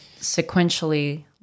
sequentially